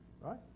Right